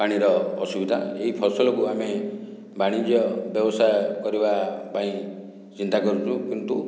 ପାଣିର ଅସୁବିଧା ଏହି ଫସଲକୁ ଆମେ ବାଣିଜ୍ୟ ବ୍ୟବସାୟ କରିବା ପାଇଁ ଚିନ୍ତା କରୁଛୁ କିନ୍ତୁ